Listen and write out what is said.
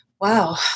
wow